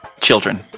children